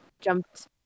jumped